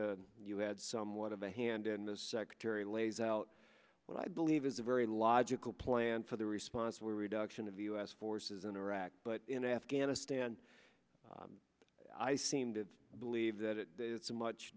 you had somewhat of a hand in the secretary lays out what i believe is a very logical plan for the response we were duction of u s forces in iraq but in afghanistan i seem to believe that it's a much